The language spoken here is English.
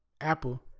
Apple